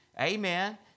Amen